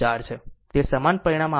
તે સમાન પરિણામ આપશે